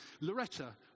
Loretta